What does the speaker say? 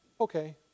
okay